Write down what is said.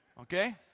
Okay